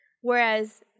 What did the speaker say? Whereas